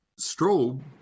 strobe